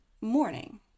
morning